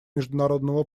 международного